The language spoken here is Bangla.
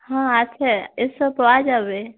হাঁ আছে এসো পাওয়া যাবে